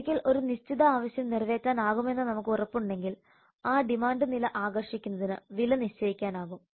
ഒരിക്കൽ ഒരു നിശ്ചിത ആവശ്യം നിറവേറ്റാനാകുമെന്ന് നമുക്ക് ഉറപ്പുണ്ടെങ്കിൽ ആ ഡിമാൻഡ് നില ആകർഷിക്കുന്നതിന് വില നിശ്ചയിക്കാനാകും